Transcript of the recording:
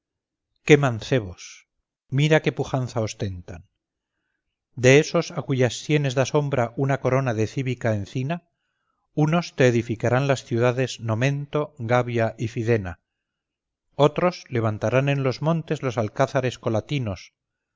qué mancebos mira qué pujanza ostentan de esos a cuyas sienes da sombra una corona de cívica encina unos te edificarán las ciudades nomento gabia y fidena otros levantarán en los montes los alcázares colatinos